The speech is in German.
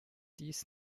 dies